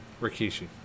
Rikishi